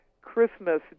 Christmas